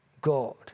God